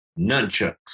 nunchucks